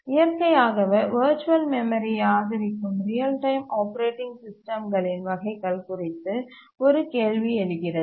இயற்கையாகவே வர்ச்சுவல் மெமரியை ஆதரிக்கும் ரியல் டைம் ஆப்பரேட்டிங் சிஸ்டம்களின் வகைகள் குறித்து ஒரு கேள்வி எழுகிறது